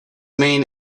main